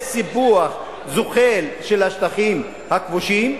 יש סיפוח זוחל של השטחים הכבושים,